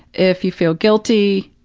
if you feel guilty,